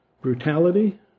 brutality